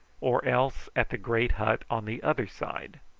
or else at the great hut on the other side.